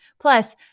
Plus